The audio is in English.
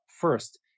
first